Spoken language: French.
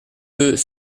deux